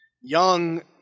Young –